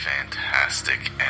fantastic